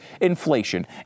inflation